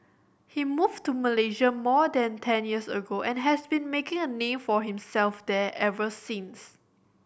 he moved to Malaysia more than ten years ago and has been making a name for himself there ever since